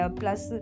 plus